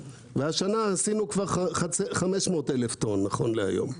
והשנה עשינו כבר 500,000 טון נכון להיום,